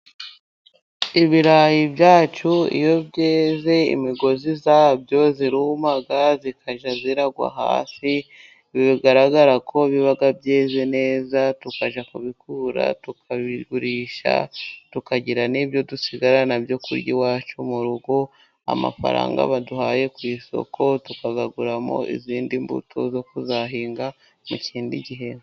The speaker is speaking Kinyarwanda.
Ibirayi byacu iyo byeze imigozi yabyo iruma ikajya igwa hasi bigaragara ko biba byeze neza tukajya kubikura tukabigurisha tukagira n'ibyo dusigarana byo kurya iwacu mu rugo amafaranga baduhaye ku isoko tukayaguramo izindi mbuto zo kuzahinga mu kindi gihe.